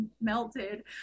melted